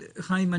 חיים,